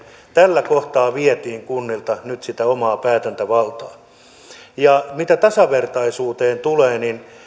tällä kohtaa vietiin kunnilta nyt sitä omaa päätäntävaltaa mitä tasavertaisuuteen tulee niin